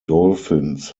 dolphins